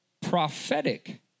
prophetic